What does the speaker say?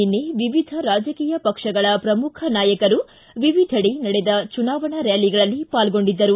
ನಿನ್ನೆ ವಿವಿಧ ರಾಜಕೀಯ ಪಕ್ಷಗಳ ಪ್ರಮುಖ ನಾಯಕರು ವಿವಿಧೆಡೆ ನಡೆದ ಚುನಾವಣಾ ರ್ಕಾಲಿಗಳಲ್ಲಿ ಪಾಲ್ಗೊಂಡಿದ್ದರು